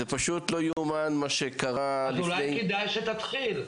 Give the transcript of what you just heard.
זה פשוט לא יאומן מה שקרה --- אולי כדאי שתתחיל.